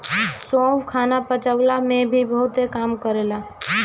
सौंफ खाना पचवला में भी बहुते काम करेला